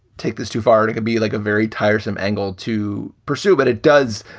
take this too far to be like a very tiresome angle to pursue. but it does.